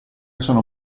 sono